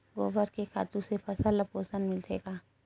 गोबर के खातु से फसल ल पोषण मिलथे का?